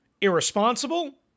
irresponsible